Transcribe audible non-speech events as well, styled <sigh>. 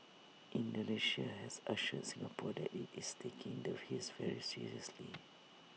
Indonesia has assured Singapore that IT is taking the haze very seriously <noise>